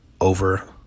over